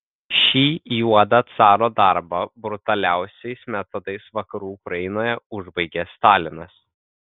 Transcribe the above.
šį juodą caro darbą brutaliausiais metodais vakarų ukrainoje užbaigė stalinas